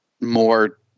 more